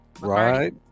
right